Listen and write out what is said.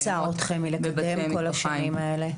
מה עצר אתכם מלקדם את כל השינויים האלה?